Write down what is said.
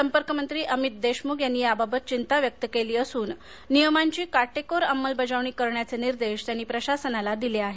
संपर्कमंत्री अमित देशमुख यांनी याबाबत चिंता व्यक्ती केली असून नियमांची काटेकोर अमंलबजावणी करण्याचे निर्देश त्यांनी प्रशासनाला दिले आहेत